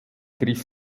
griff